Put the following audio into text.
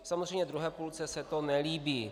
Samozřejmě druhé půlce se to nelíbí.